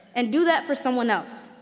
and do that for someone else.